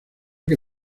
que